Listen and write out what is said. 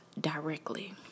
directly